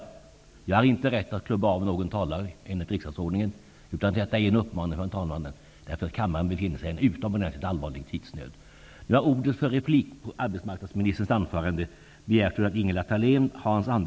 Jag har enligt riksdagsordningen inte rätt att klubba av någon talare, utan detta är en ppmaning från talmannen därför att kammaren befinner sig i en utomordentligt allvarlig tidsnöd.